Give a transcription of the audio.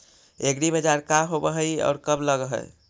एग्रीबाजार का होब हइ और कब लग है?